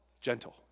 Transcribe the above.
gentle